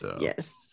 Yes